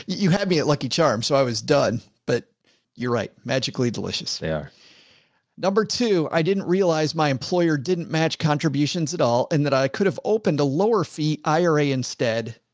you had me at lucky charms. so i was done. but you're right. magically delicious. they are number two. i didn't realize my employer didn't match contributions at all, and that i could have opened a lower fee ira instead.